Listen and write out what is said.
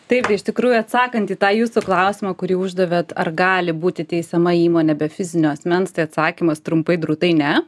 taip iš tikrųjų atsakant į tą jūsų klausimą kurį uždavėt ar gali būti teisiama įmonė be fizinio asmens tai atsakymas trumpai drūtai ne